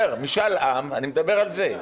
אני מדבר על זה.